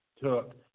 took